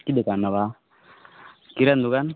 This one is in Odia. କି ଦୋକାନ ନେବା କିରାଣୀ ଦୋକାନ